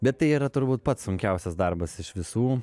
bet tai yra turbūt pats sunkiausias darbas iš visų